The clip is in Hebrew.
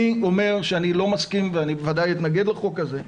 אני לא מסכים ואני בוודאי אתנגד להצעת החוק הזאת.